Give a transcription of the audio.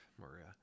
Maria